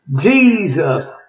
Jesus